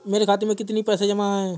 मेरे खाता में कितनी पैसे जमा हैं?